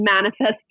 manifest